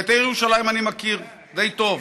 ואת העיר ירושלים אני מכיר די טוב,